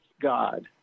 God